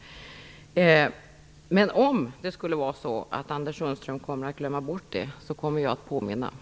Men om Anders Sundström kommer att glömma bort frågan kommer jag att påminna honom.